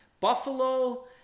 Buffalo